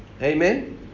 Amen